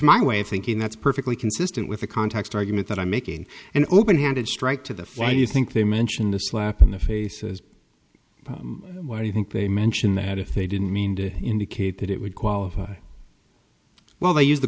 my way of thinking that's perfectly consistent with the context argument that i'm making an open handed strike to the why do you think they mention the slap in the faces why do you think they mention that if they didn't mean to indicate that it would qualify well they use the